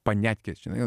paniatkės žinai